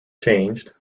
changed